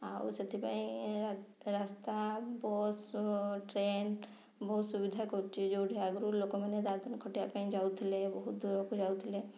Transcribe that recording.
ଆଉ ସେଥିପାଇଁ ରାସ୍ତା ବସ୍ ଟ୍ରେନ୍ ବହୁତ ସୁବିଧା କରୁଛି ଯେଉଁଠି ଆଗରୁ ଲୋକମାନେ ଦାଦନ ଖଟିବା ପାଇଁ ଯାଉଥିଲେ ବହୁତ ଦୂରକୁ ଯାଉଥିଲେ